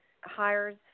hires